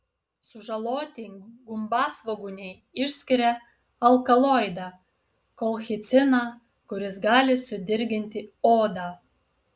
sužaloti gumbasvogūniai išskiria alkaloidą kolchiciną kuris gali sudirginti odą